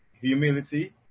humility